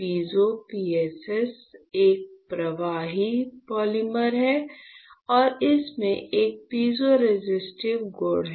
piezo PSS एक प्रवाहकीय polymer है और इसमें एक पीजे रेसिस्टिव गुण है